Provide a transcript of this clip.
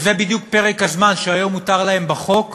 וזה בדיוק פרק הזמן שבו היום מותר להם בחוק